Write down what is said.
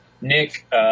Nick